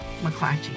McClatchy